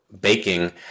baking